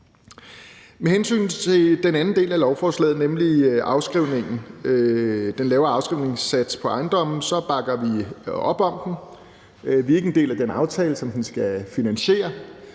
Med hensyn til den anden del af lovforslaget, nemlig den lavere afskrivningssats på ejendomme, så bakker vi op om den. Vi er ikke en del af den aftale, som den skal finansiere.